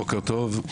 בוקר טוב,